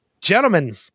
gentlemen